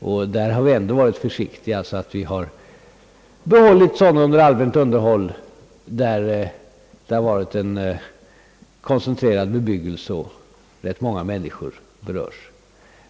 Vi har ändå även i sådana fall varit försiktiga och behållit dessa vägar under allmänt underhåll när det funnits en koncentrerad bebyggelse och när rätt många människor berörts.